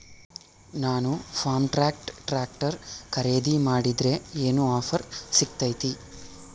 ನಾನು Farmtrac tractor ಖರೇದಿ ಮಾಡಿದ್ರೆ ಏನು ಆಫರ್ ಸಿಗ್ತೈತಿ?